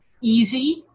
easy